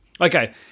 Okay